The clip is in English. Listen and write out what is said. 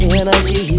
energy